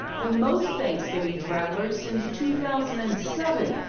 the most thanksgiving travellers since two thousand and seven.